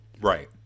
Right